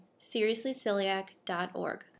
seriouslyceliac.org